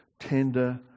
tender